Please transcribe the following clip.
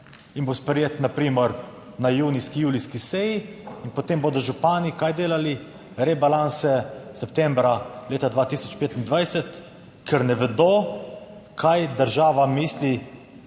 in bo sprejet na primer na junijski, julijski seji in potem bodo župani - kaj delali? - rebalanse septembra, leta 2025, ker ne vedo. Kaj država misli